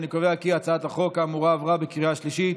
אני קובע כי הצעת החוק האמורה עברה בקריאה שלישית,